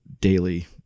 daily